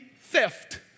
theft